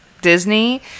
Disney